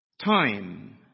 Time